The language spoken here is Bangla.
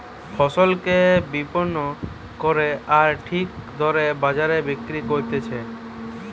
ফসলকে বিপণন করে আর ঠিক দরে বাজারে বিক্রি করতিছে